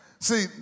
See